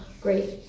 great